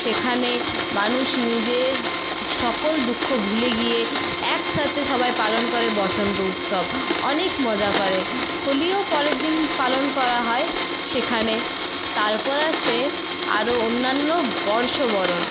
সেখানে মানুষ নিজের সকল দুঃখ ভুলে গিয়ে একসাথে সবাই পালন করে বসন্ত উৎসব অনেক মজা করে হোলিও পরের দিন পালন করা হয় সেখানে তারপর আসে আরও অন্যান্য বর্ষবরণ